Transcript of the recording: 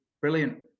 Brilliant